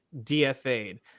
DFA'd